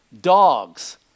dogs